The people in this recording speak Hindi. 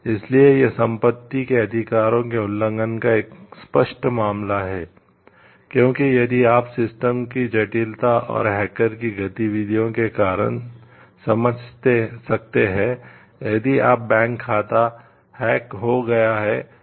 इसलिए यह संपत्ति के अधिकारों के उल्लंघन का एक स्पष्ट मामला है क्योंकि यदि आप सिस्टम की जटिलता और हैकर की गतिविधि के कारण समझ सकते हैं यदि आपका बैंक खाता हैक हो गया है